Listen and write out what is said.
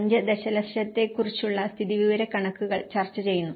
5 ദശലക്ഷത്തെക്കുറിച്ചുള്ള സ്ഥിതിവിവരക്കണക്കുകൾ ചർച്ചചെയ്യുന്നു